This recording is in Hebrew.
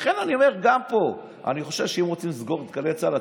לכן אני אומר גם פה: אני חושב שאם רוצים לסגור את גלי צה"ל,